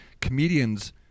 comedians